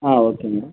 ಹಾಂ okay madam